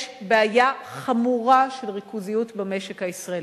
יש בעיה חמורה של ריכוזיות במשק הישראלי.